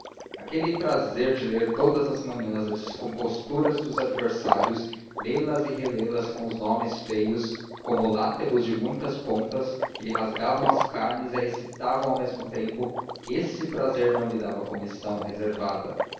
aquele prazer de ler todas as manhãs as descomposturas dos adversários lê las e relê las com os seus nomes feios como látegos de muitas pontas que lhe rasgavam as carnes e a excitavam ao mesmo tempo esse prazer não lhe dava a comissão reservada